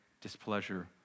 displeasure